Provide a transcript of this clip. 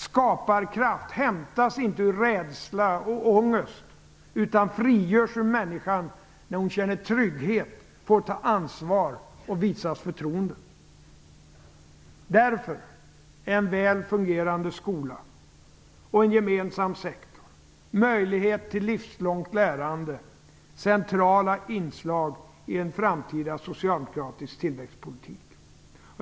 Skaparkraft hämtas inte ur rädsla och ångest utan frigörs ur människan när hon känner trygghet, får ta ansvar och visas förtroende. Därför är en väl fungerande skola och en gemensam sektor med möjlighet till livslångt lärande centrala inslag i en framtida socialdemokratisk tillväxtpolitik.